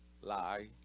Lie